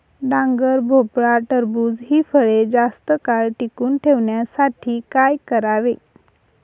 डांगर, भोपळा, टरबूज हि फळे जास्त काळ टिकवून ठेवण्यासाठी काय करावे?